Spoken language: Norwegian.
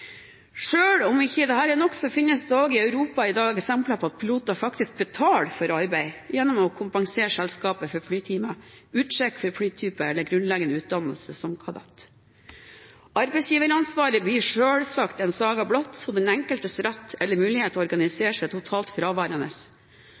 om ikke dette er nok, finnes det også i Europa i dag eksempler på at piloter faktisk betaler for å arbeide, gjennom å kompensere selskapet for flytimer, utsjekk på flytype eller grunnleggende utdannelse som kadett. Arbeidsgiveransvaret blir selvsagt en saga blott, og den enkeltes rett eller mulighet til å organisere seg totalt fraværende.